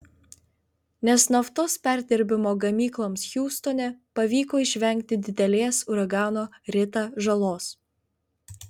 nes naftos perdirbimo gamykloms hiūstone pavyko išvengti didelės uragano rita žalos